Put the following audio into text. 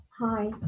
Hi